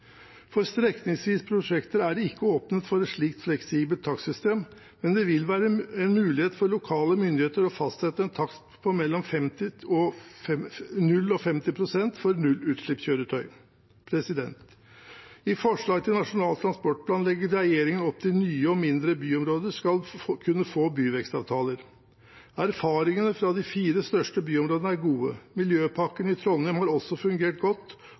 For strekningsvise prosjekter er det ikke åpnet for et slikt fleksibelt takstsystem, men det vil være en mulighet for lokale myndigheter til å fastsette en takst på mellom 0 og 50 pst. for nullutslippskjøretøy. I forslaget til Nasjonal transportplan legger regjeringen opp til at nye og mindre byområder skal kunne få byvekstavtaler. Erfaringene fra de fire største byområdene er gode. Miljøpakken i Trondheim har også fungert godt,